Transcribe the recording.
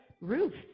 roofs